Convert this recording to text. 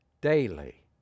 daily